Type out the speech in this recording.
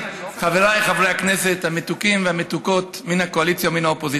חבריי חברי הכנסת המתוקים והמתוקות מן הקואליציה ומן האופוזיציה,